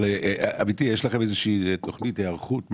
יש לכם איזושהי תוכנית היערכות?